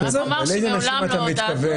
אני רק אומר שמעולם לא עודדנו,